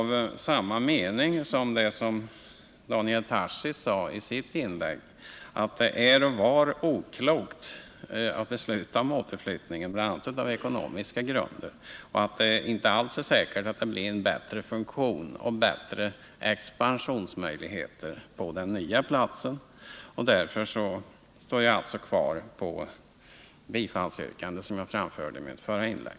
Vi har samma mening på denna punkt som Daniel Tarschys, som i sitt inlägg anförde att det, bl.a. på ekonomiska grunder, är och var oklokt att besluta om återflyttningen och att det inte alls är säkert att man får en bättre funktion och bättre expansionsmöjligheter på den nya platsen. Därför står jag kvar vid det bifallsyrkande som jag framförde i mitt förra inlägg.